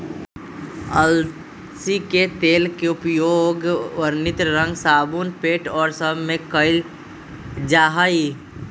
अलसी के तेल के उपयोग वर्णित रंग साबुन पेंट और सब में कइल जाहई